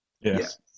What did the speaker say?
Yes